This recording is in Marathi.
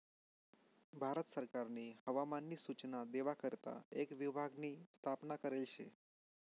भारत सरकारनी हवामान नी सूचना देवा करता एक विभाग नी स्थापना करेल शे